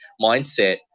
mindset